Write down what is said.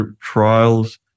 trials